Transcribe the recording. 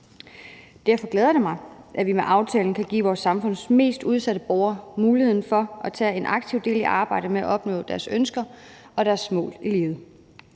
Derfor glæder det mig, at vi med aftalen kan give vores samfunds mest udsatte borgere muligheden for at tage aktivt del i arbejdet med at opnå deres ønsker og deres mål i livet.